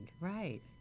Right